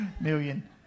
Million